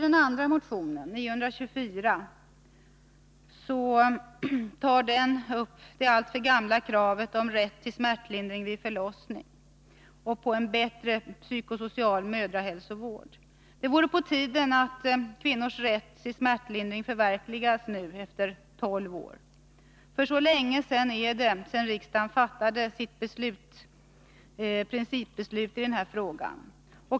Den andra motionen, 924, tar upp det alltför gamla kravet på rätt till smärtlindring vid förlossning och en bättre psykosocial mödrahälsovård. Det vore på tiden att kvinnors rätt till smärtlindring förverkligades nu efter 12 år, för så länge är det sedan riksdagen fattade sitt principbeslut i denna fråga.